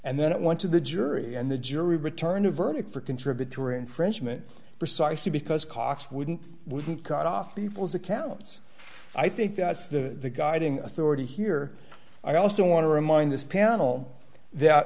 and then it went to the jury and the jury returned a verdict for contributory infringement precisely because cox wouldn't wouldn't cut off people's accounts i think that's the guiding authority here i also want to remind this panel that